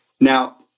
Now